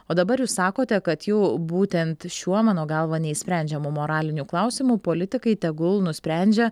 o dabar jūs sakote kad jų būtent šiuo mano galva neišsprendžiamu moraliniu klausimu politikai tegul nusprendžia